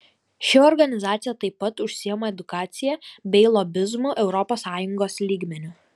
ši organizacija taip pat užsiima edukacija bei lobizmu europos sąjungos lygmeniu